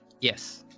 Yes